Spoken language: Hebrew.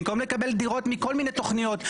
במקום לקבל דירות מכל מיני תוכניות,